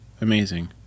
amazing